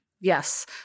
Yes